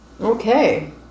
Okay